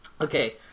Okay